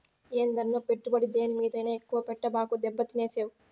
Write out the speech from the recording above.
ఏందన్నో, పెట్టుబడి దేని మీదైనా ఎక్కువ పెట్టబాకు, దెబ్బతినేవు